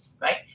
right